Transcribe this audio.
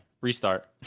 Restart